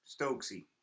Stokesy